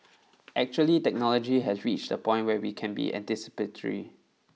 actually technology has reached a point where we can be anticipatory